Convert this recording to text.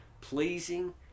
pleasing